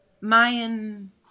Mayan